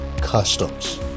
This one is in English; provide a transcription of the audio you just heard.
Customs